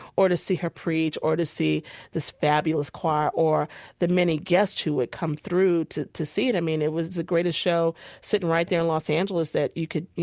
or to see her preach, or to see this fabulous choir, or the many guests who would come through to to see it. i mean, it was the greatest show sitting right there on los angeles that you could, you